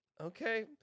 Okay